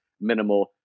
minimal